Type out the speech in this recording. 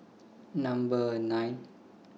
Number nine